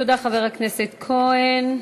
תודה, חבר הכנסת כהן.